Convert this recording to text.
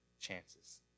chances